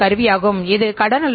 அவர்களுக்கு நீங்கள் சப்ளையர்